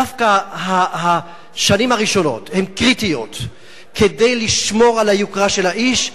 דווקא השנים הראשונות הן קריטיות כדי לשמור על היוקרה של האיש,